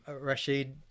Rashid